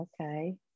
okay